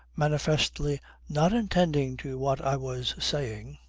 manifestly not attending to what i was saying,